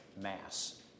mass